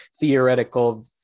theoretical